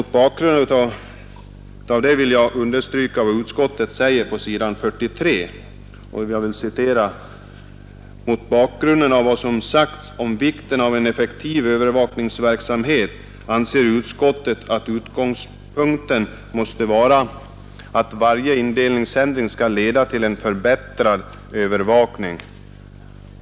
Jag vill därför understryka vad utskottet säger på s. 43: ”Mot bakgrunden av vad ovan sagts om vikten av en effektiv övervakningsverksamhet anser utskottet att utgångspunkten måste vara att varje indelningsändring skall leda till en förbättrad övervakning.